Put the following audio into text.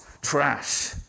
trash